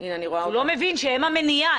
הוא לא מבין שהם המניעה,